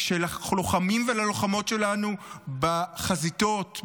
כשללוחמים וללוחמות שלנו בחזיתות,